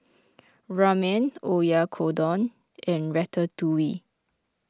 Ramen Oyakodon and Ratatouille